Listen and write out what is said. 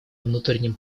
внутреннем